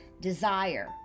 desire